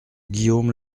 guillaume